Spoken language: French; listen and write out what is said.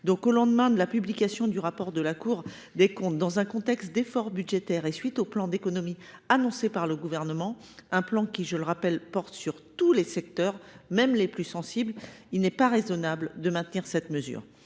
Au lendemain de la publication du rapport de la Cour des comptes, dans un contexte d’efforts budgétaires et à la suite du plan d’économies qui a été annoncé par le Gouvernement et qui – je le rappelle – porte sur tous les secteurs, même les plus sensibles, il n’est pas raisonnable de maintenir une telle mesure.